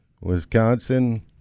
Wisconsin